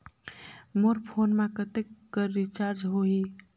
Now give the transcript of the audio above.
मोर phone मा कतेक कर रिचार्ज हो ही?